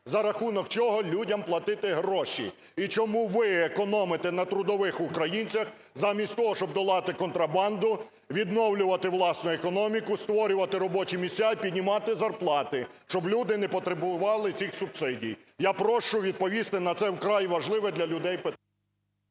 за рахунок чого людям платити гроші? І чому ви економите на трудових українцях замість того, щоб долати контрабанду, відновлювати власну економіку, створювати робочі місця і піднімати зарплати, щоб люди не потребували цих субсидій? Я прошу відповісти на цей вкрай важливе для людей…